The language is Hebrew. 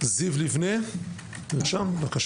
זיו ליבנה, בבקשה.